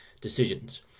decisions